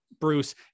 bruce